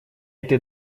этой